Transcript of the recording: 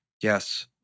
yes